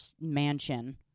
mansion